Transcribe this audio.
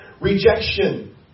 rejection